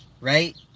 right